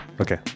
Okay